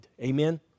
Amen